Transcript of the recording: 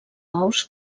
ous